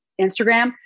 Instagram